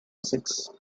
six